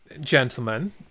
gentlemen